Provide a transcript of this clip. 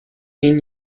این